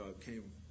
came